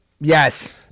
Yes